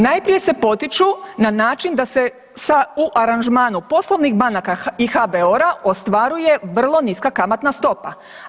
Najprije se potiču na način da se sa u aranžmanu poslovnih banaka i HBOR-a ostvaruje vrlo niska kamatna stopa.